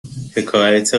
حکایت